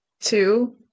Two